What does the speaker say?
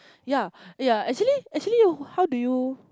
ya ya actually actually how do you